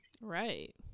right